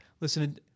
listen